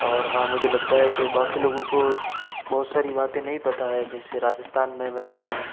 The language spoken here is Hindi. और हाँ मुझे लगता है की बाकी लोगों को बहुत सारी बातें नहीं पता है जैसे राजस्थान में मैं रहता हूँ